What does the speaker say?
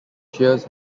shears